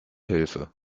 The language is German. hilfe